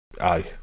aye